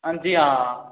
अंजी हां